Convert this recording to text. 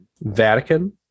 Vatican